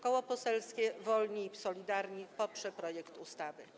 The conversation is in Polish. Koło Poselskie Wolni i Solidarni poprze projekt ustawy.